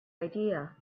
idea